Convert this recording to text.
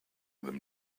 them